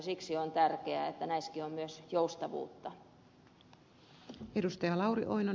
siksi on tärkeää että näissäkin on myös joustavuutta